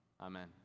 Amen